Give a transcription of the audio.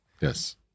Yes